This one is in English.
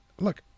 look